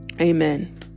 amen